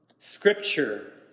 Scripture